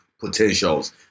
potentials